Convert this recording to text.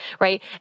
right